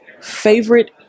favorite